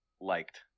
liked